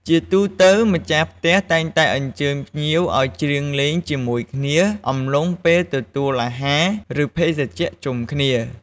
ជាទូទៅ ម្ចាស់ផ្ទះតែងតែអញ្ជើញភ្ញៀវឱ្យច្រៀងលេងជាមួយគ្នា អំឡុងពេលទទួលអាហារ ឬ ភេសជ្ជៈជុំគ្នា។